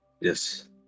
yes